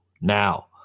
now